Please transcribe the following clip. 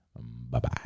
Bye-bye